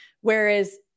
Whereas